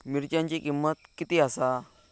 मिरच्यांची किंमत किती आसा?